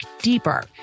deeper